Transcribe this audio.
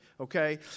okay